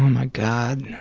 my god.